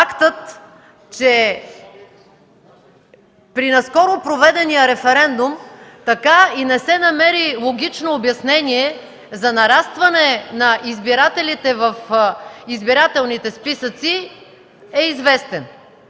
фактът, че при наскоро проведения референдум така и не се намери логично обяснение за нарастване на избирателите в избирателните списъци. Какво се